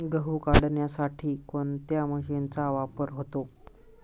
गहू काढण्यासाठी कोणत्या मशीनचा वापर होतो?